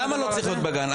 למה לא צריך להיות בגן?